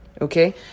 okay